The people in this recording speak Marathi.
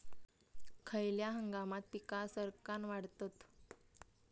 खयल्या हंगामात पीका सरक्कान वाढतत?